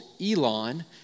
Elon